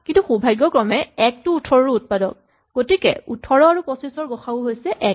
কিন্তু সৌভাগ্যক্ৰমে ১ টো ১৮ ৰো উৎপাদক গতিকে ১৮ আৰু ২৫ ৰ গ সা উ হৈছে ১